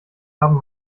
haben